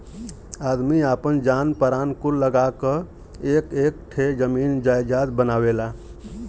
आदमी आपन जान परान कुल लगा क एक एक ठे जमीन जायजात बनावेला